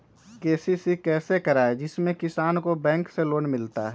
KCC कैसे कराये जिसमे किसान को बैंक से लोन मिलता है?